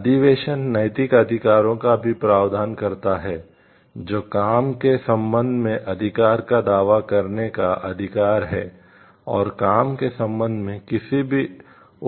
अधिवेशन नैतिक अधिकारों का भी प्रावधान करता है जो काम के संबंध में अधिकार का दावा करने का अधिकार है और काम के संबंध में किसी भी